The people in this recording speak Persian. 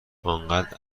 آنقدر